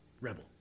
Rebel